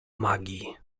magii